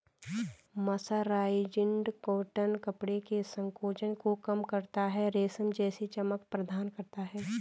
mercerised cotton कपड़े के संकोचन को कम करता है, रेशम जैसी चमक प्रदान करता है